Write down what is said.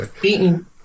Beaten